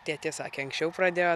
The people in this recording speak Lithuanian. tėtė sakė anksčiau pradėjo